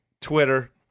Twitter